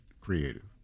creative